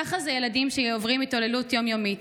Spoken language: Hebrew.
ככה זה ילדים שעוברים התעללות יום-יומית,